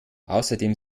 außerdem